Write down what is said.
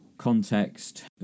context